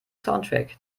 soundtrack